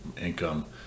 income